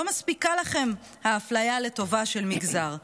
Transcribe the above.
לא מספיקה לכם האפליה לטובה של מגזר.